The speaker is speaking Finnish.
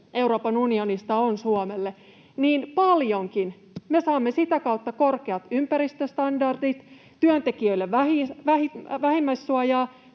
Euroopan unionista on Suomelle, niin paljonkin: me saamme sitä kautta korkeat ympäristöstandardit, työntekijöille vähimmäissuojaa,